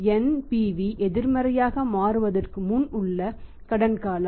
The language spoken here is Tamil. NPV எதிர்மறையாக மாறுவதற்கு முன் உள்ள கடன்காலம்